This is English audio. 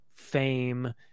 fame